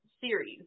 series